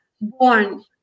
born